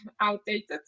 outdated